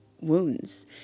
wounds